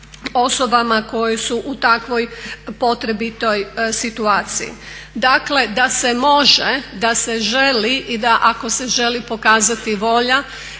osobama koje su u takvoj potrebitoj situaciji. Dakle da se može, da se želi i da ako se želi pokazati volja